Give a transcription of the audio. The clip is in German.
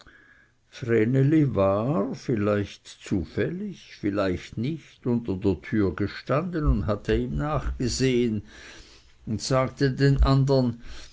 vielleicht zufällig vielleicht nicht unter der türe gestanden und hatte ihm nachgesehen und sagte den andern